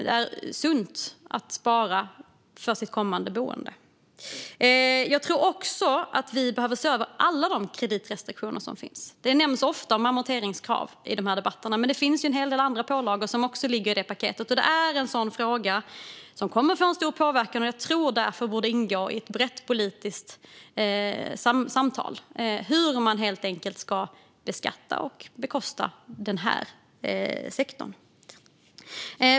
Det är sunt att spara till sitt kommande boende. Jag tror också att vi behöver se över alla de kreditrestriktioner som finns. Amorteringskravet nämns ofta i de här debatterna. Men det finns en hel del andra pålagor som också ligger i det paketet. Det är en sådan fråga som kommer att få en stor påverkan. Jag tror därför att det borde ingå i ett brett politiskt samtal hur man helt enkelt ska beskatta och bekosta den här sektorn.